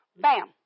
Bam